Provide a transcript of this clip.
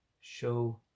show